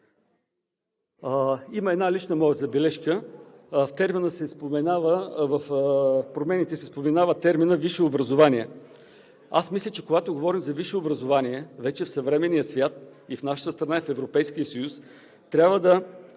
Имам една лична моя забележка. В промените се споменава терминът „висше образование“. Мисля, че когато говорим за висше образование вече в съвременния свят, в нашата страна и в Европейския съюз, трябва да